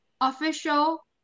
official